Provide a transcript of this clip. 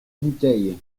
bouteille